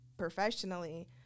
professionally